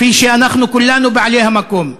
כפי שאנחנו כולנו בעלי המקום.